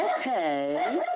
okay